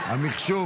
נגד.